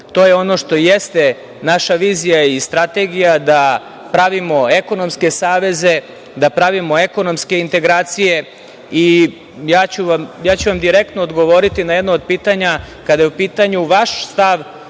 To je ono što jeste naša vizija i strategija da pravimo ekonomske saveze, da pravimo ekonomske integracije. Direktno ću vam odgovoriti na jedno od pitanja, kada je u pitanju vaš stav